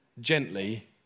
gently